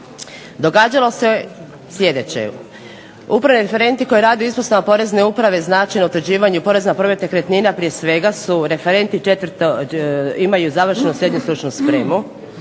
Događalo se sljedeće. Upravni referenti koji rade u ispostavama porezne uprave znači na utvrđivanju poreza na promet nekretnina prije svega su referenti, imaju završenu srednju stručnu spremu,